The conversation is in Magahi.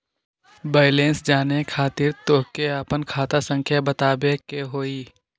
बैलेंस जाने खातिर तोह के आपन खाता संख्या बतावे के होइ?